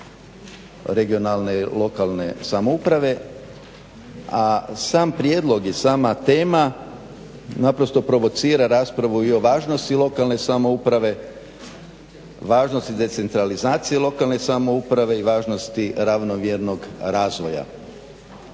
regionalne i lokalne samouprave. A sam prijedlog i sama tema naprosto provocira raspravu i o važnosti lokalne samouprave, važnosti decentralizacije lokalne samouprave i važnosti ravnomjernog razvoja.